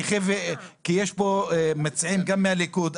כי יש פה גם מציעים מהליכוד.